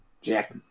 Jack